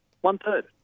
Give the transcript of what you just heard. One-third